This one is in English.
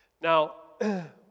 Now